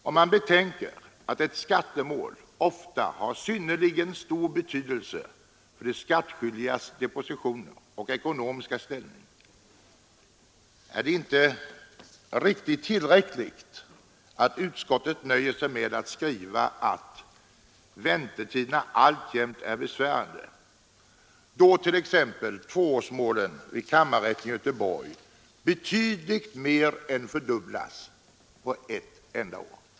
Om man betänker att ett skattemål ofta har synnerligen stor betydelse för de skattskyldigas dispositioner och ekonomiska ställning är det inte riktigt tillräckligt att utskottet nöjer sig med att skriva att ”väntetiderna alltjämt är besvärande”, då t.ex. tvåårsmålen vid kammarrätten i Göteborg betydligt mer än fördubblats på ett enda år!